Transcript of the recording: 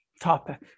topic